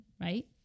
right